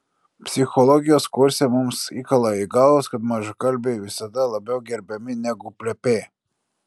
psichologijos kurse mums įkala į galvas kad mažakalbiai visada labiau gerbiami negu plepiai